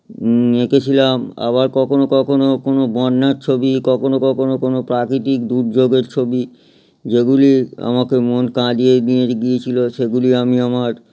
এঁকেছিলাম আবার কখনো কখনো কোনো বন্যার ছবি কখনো কখনো প্রাকৃতিক দুর্যোগের ছবি যেগুলি আমাকে মন কাঁদিয়ে নিয়ে গিয়েছিলো সেগুলি আমি আমার